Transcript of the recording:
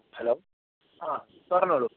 hello ആ പറഞ്ഞോളു